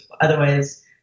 Otherwise